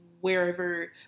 wherever